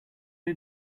did